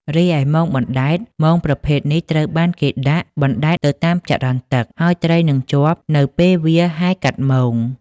រីឯមងបណ្តែត មងប្រភេទនេះត្រូវបានគេដាក់បណ្តែតទៅតាមចរន្តទឹក ហើយត្រីនឹងជាប់នៅពេលវាហែលកាត់មង។